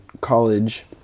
college